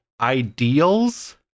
ideals